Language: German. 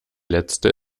letzte